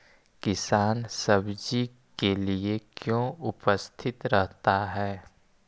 किसान सब्जी के लिए क्यों उपस्थित रहता है?